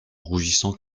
rougissant